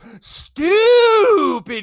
stupid